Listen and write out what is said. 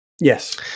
Yes